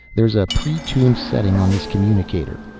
there's a pre-tuned setting on this communicator.